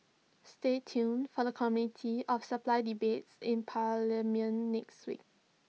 stay tuned for the committee of supply debates in parliament next week